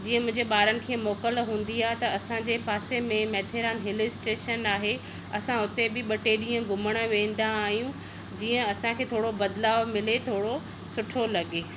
जीअं मुंहिंजे ॿारनि खे मोकल हुंदी आहे त असांजे पासे में माथेरान हिल स्टेशन आहे असां उथे बि ॿ टे ॾींहं घुमणु वेंदा आहियूं जीअं असांखे थोरो बदिलाउ मिले थोरो सुठो लॻे